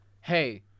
hey